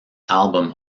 album